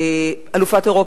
אלופת אירופה.